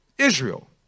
israel